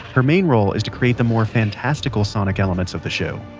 her main role is to create the more fantastical sonic elements of the show.